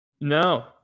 No